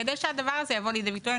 כדי שהדבר הזה יבוא לידי ביטוי.